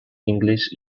english